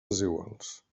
desiguals